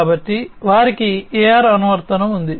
కాబట్టి వారికి AR అనువర్తనం ఉంది